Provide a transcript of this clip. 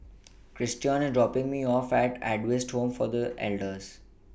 Christion IS dropping Me off At Adventist Home For The Elders